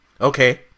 Okay